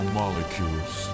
molecules